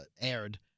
aired